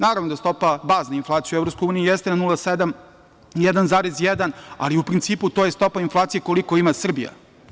Naravno da je stopa bazne inflacije u EU jeste na 0,7%, 1,1%, ali u principu to je stopa inflacije koliko ima Srbija.